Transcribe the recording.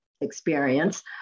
experience